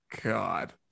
God